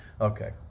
okay